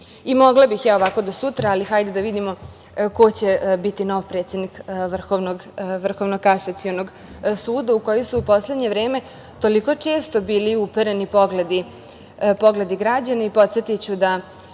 bih ja ovako do sutra, ali hajde da vidimo ko će biti nov predsednik Vrhovnog kasacionog suda u koji su u poslednje vreme toliko često bili upereni pogledi građana. Podsetiću da